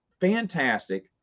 fantastic